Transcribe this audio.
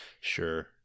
Sure